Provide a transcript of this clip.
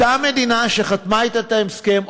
אותה מדינה שחתמה אתה את ההסכם,